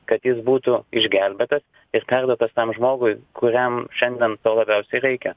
kad jis būtų išgelbėtas ir perduotas tam žmogui kuriam šiandien labiausiai reikia